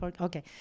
okay